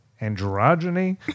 androgyny